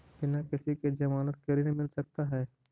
बिना किसी के ज़मानत के ऋण मिल सकता है?